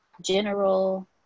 general